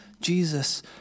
Jesus